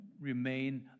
remain